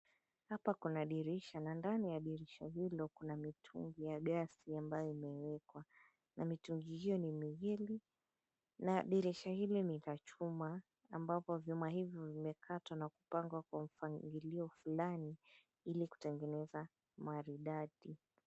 Hapa kuna dirisha na ndani ya dirisha hilo kuna mitungi ya gesi ambayo imewekwa na mitungi hiyo ni miwili na dirisha hili ni la chuma ambavyo vyuma hivyo vimekatwa na kupangwa kwa mpangilio fulani ilikutengeneza maridadi.